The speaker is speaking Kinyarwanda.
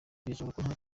nta